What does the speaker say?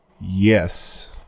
yes